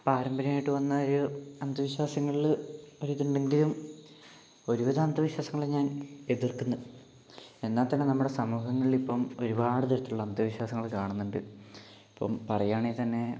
പാരമ്പര്യമായിട്ട് വന്ന ഒരു അന്ധവിശ്വാസങ്ങളില് ഒരിതുണ്ടെങ്കിലും ഒരുവിധം അന്ധവിശ്വാസങ്ങളെ ഞാൻ എതിർക്കുന്നു എന്നാൽത്തന്നെ നമ്മുടെ സമൂഹങ്ങളിലിപ്പം ഒരുപാടുതരത്തിലുള്ള അന്ധവിശ്വാസങ്ങൾ കാണുന്നുണ്ട് ഇപ്പം പറയുകയാണെങ്കിൽത്തന്നെ